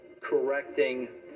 correcting